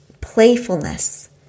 playfulness